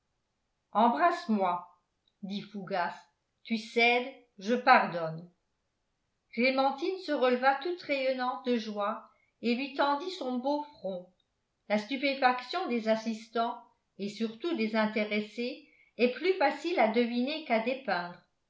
embrasse-moi dit fougas tu cèdes je pardonne clémentine se releva toute rayonnante de joie et lui tendit son beau front la stupéfaction des assistants et surtout des intéressés est plus facile à deviner qu'à